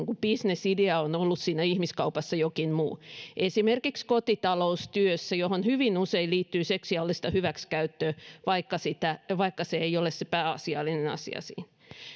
bisnesidea on ollut siinä ihmiskaupassa jokin muu esimerkiksi kotitaloustyö johon hyvin usein liittyy seksuaalista hyväksikäyttöä vaikka se ei ole se pääasiallinen asia siinä